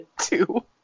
two